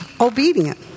obedient